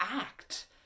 act